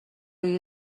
روی